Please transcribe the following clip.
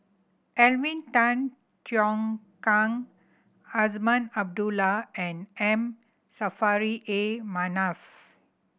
Alvin Tan Cheong Kheng Azman Abdullah and M Saffri A Manaf